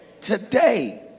Today